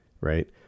right